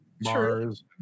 Mars